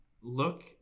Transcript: look